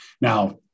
Now